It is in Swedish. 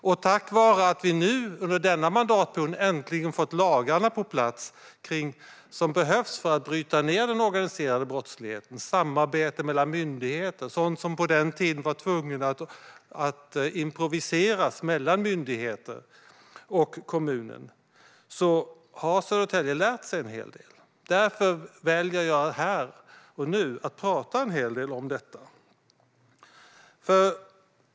Och tack vare att vi nu, under denna mandatperiod, äntligen fått de lagar på plats som behövs för att bryta ned den organiserade brottsligheten och tack vare samarbete mellan myndigheter - sådant som man på den tiden var tvungen att improvisera mellan myndigheter och kommunen - har Södertälje lärt sig en hel del. Därför väljer jag här och nu att tala en hel del om detta.